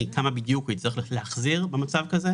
כמה בדיוק הוא יצטרך להחזיר במצב כזה.